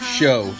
show